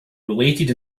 related